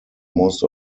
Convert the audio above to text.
most